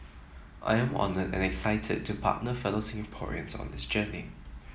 I am honoured and excited to partner fellow Singaporeans on this journey